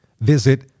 Visit